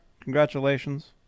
Congratulations